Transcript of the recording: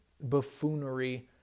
buffoonery